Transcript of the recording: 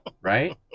right